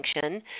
function